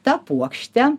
ta puokšte